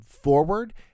forward